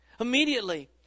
Immediately